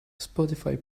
spotify